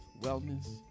wellness